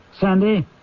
Sandy